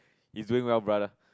he's doing well brother